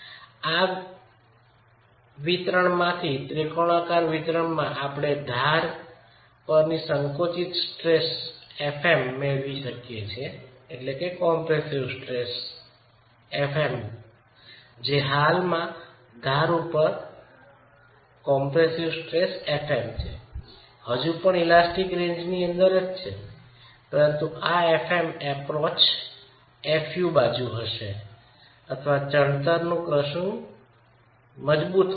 આ વિતરણમાંથી ત્રિકોણાકાર વિતરણમાં આપણે ધાર પર સંકોચીત સ્ટ્રેસ fm મેળવીએ છીએ હાલમાં ધાર ઉપર સંકોચક સ્ટ્રેસ fm છે તે હજુ પણ ઇલાસ્ટિક રેન્જની અંદર છે પરંતુ આ fm એપ્રોચ fu હશે અથવા ચણતરની ક્રસીંગ મજબૂતાઈ હોઈ શકે